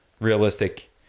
realistic